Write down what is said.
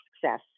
success